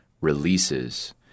releases